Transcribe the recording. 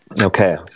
Okay